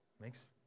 makes